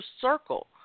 circle